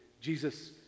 Jesus